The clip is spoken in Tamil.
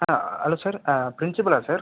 ஆ ஹலோ சார் ஆ ப்ரின்சிபலா சார்